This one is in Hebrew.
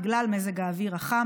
בגלל מזג האוויר החם,